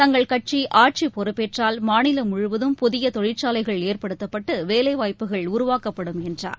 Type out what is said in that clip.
தங்கள் கட்சி ஆட்சிப் பொறுப்பேற்றால் மாநிலம் முழுவதும் புதிய தொழிற்சாலைகள் ஏற்படுத்தப்பட்டு வேலை வாய்ப்புகள் உருவாக்கப்படும் என்றார்